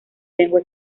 lengua